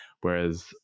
whereas